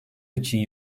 için